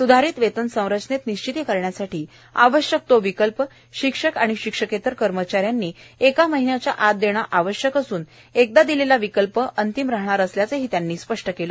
सुधारित वेतन संरचनेत निश्चिती करण्यासाठी आवश्यक तो विकल्प शिक्षक आणि शिक्षकेतर कर्मचाऱ्यांनी एक महिन्याच्या आत देणे आवश्यक असून एकदा दिलेला विकल्प अंतिम राहणार असल्याचं त्यांनी स्पष्ट केलं